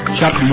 Chuck